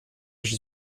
j’y